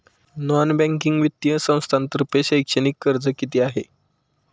Non banking वित्तीय संस्थांतर्फे शैक्षणिक कर्ज किती आहे?